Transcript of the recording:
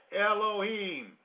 Elohim